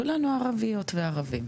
כולנו ערביות וערבים.